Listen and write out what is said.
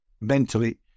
Mentally